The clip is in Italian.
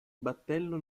battello